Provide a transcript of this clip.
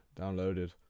downloaded